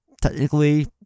technically